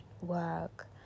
work